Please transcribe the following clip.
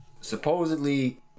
Supposedly